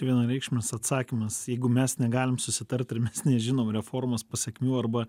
vienareikšmis atsakymas jeigu mes negalim susitart ir mes nežinom reformos pasekmių arba